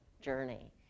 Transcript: journey